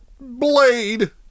blade